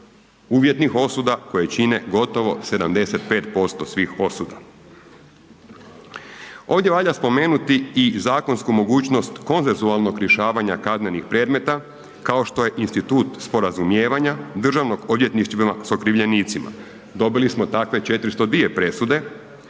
uvjetnih osuda koje čine gotovo 75% svih osuda. Ovdje valja spomenuti i zakonsku mogućnost konsensualnog rješavanja kaznenih predmeta kao što je institut sporazumijevanja državnog odvjetništva s okrivljenicima, dobili smo takve 402 presude